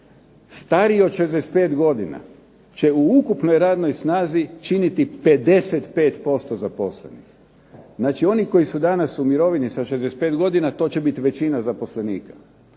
Stariji od 65 godina će u ukupnoj radnoj snazi činiti 55% zaposlenih. Znači, oni koji su danas u mirovini sa 65 godina to će biti većina zaposlenika.